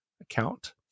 account